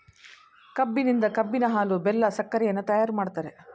ಕಬ್ಬಿನಿಂದ ಕಬ್ಬಿನ ಹಾಲು, ಬೆಲ್ಲ, ಸಕ್ಕರೆಯನ್ನ ತಯಾರು ಮಾಡ್ತರೆ